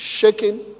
Shaking